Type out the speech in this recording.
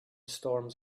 storms